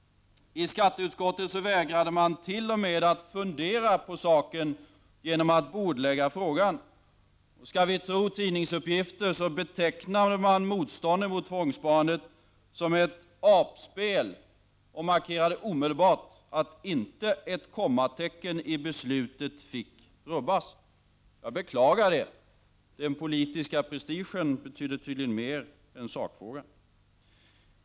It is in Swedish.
I skatteutskottet vägrade man t.o.m. att fundera på saken genom att bordlägga frågan. Om vi skall tro tidningsuppgifter betecknade man motståndet mot tvångssparandet som ett ”apspel”, och man markerade omedelbart att inte ett kommatecken fick rubbas. Jag beklagar detta. Den politiska prestigen betyder tydligen mer än sakfrågan.